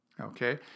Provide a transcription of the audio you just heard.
Okay